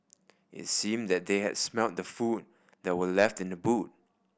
it seemed that they had smelt the food that were left in the boot